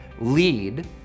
lead